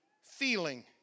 feeling